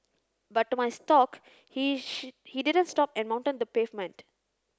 but to my stock he he didn't stop and mounted the pavement